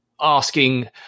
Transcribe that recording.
asking